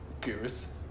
goose